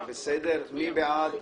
בעד?